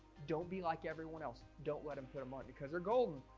don't be like everyone else. don't let him put them on because they're golden.